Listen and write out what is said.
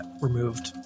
removed